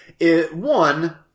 One